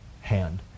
hand